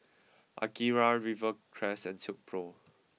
Akira Rivercrest and Silkpro